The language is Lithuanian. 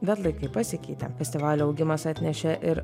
bet laikai pasikeitė festivalio augimas atnešė ir